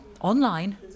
online